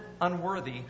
unworthy